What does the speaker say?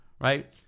right